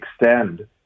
extend